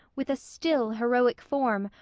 with a still, heroic form,